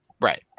Right